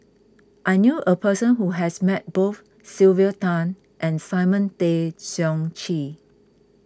I knew a person who has met both Sylvia Tan and Simon Tay Seong Chee